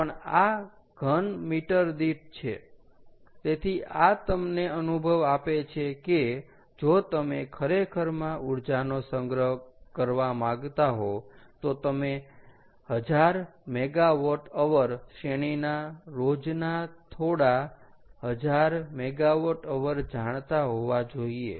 પણ આ ધન મીટર દીઠ છે તેથી આ તમને અનુભવ આપે કે જો તમે ખરેખરમાં ઉર્જાનો સંગ્રહ કરવા માગતા હો તો તમે 1000 MWH શ્રેણીના રોજના થોડા 1000s મેગાવોટ અવર જાણતા હોવા જોઈએ